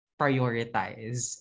prioritize